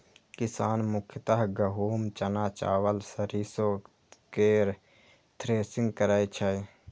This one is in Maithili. किसान मुख्यतः गहूम, चना, चावल, सरिसो केर थ्रेसिंग करै छै